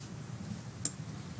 בזום.